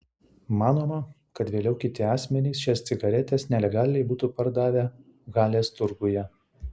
manoma kad vėliau kiti asmenys šias cigaretes nelegaliai būtų pardavę halės turguje